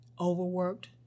overworked